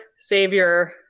savior